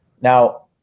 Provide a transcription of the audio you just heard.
Now